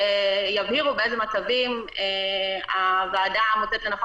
שיבהירו באיזה מצבים הוועדה מוצאת לנכון